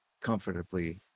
comfortably